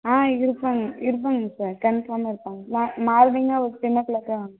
ஆ இருப்பாங்க இருப்பாங்க சார் கன்ஃபார்மாக இருப்பாங்க நா நால்ரிங்கா ஒரு டென் ஓ கிளாக்கா வாங்க